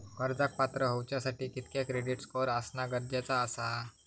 कर्जाक पात्र होवच्यासाठी कितक्या क्रेडिट स्कोअर असणा गरजेचा आसा?